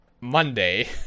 Monday